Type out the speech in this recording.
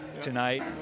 tonight